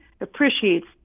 appreciates